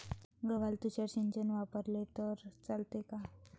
गव्हाले तुषार सिंचन वापरले तर चालते का?